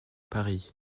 paris